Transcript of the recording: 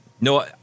no